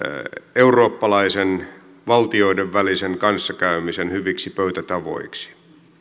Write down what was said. eurooppalaisten valtioiden välisen kanssakäymisen hyviksi pöytätavoiksi